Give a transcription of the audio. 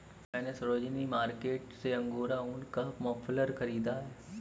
मैने सरोजिनी मार्केट से अंगोरा ऊन का मफलर खरीदा है